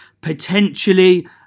Potentially